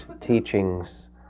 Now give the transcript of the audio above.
teachings